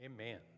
Amen